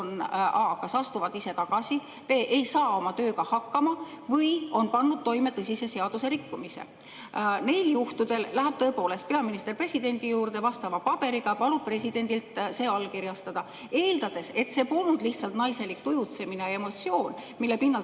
nad a) astuvad ise tagasi; b) ei saa oma tööga hakkama; või c) on pannud toime tõsise seadusrikkumise. Neil juhtudel läheb tõepoolest peaminister presidendi juurde vastava paberiga ja palub presidendil see allkirjastada. Eeldades, et see polnud lihtsalt naiselik tujutsemine ja emotsioon, mille pinnalt